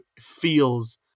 feels